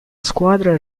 squadra